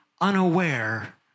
unaware